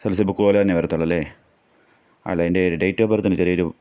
S S L C book പോലെതന്നെ വരത്തുള്ളു അല്ലെ ആ അല്ല എന്റെ ഡേയ്റ്റ് ഓഫ് ബർത്തിന് ചെറിയൊരു